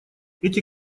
эти